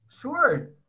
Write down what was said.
Sure